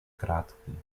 krátký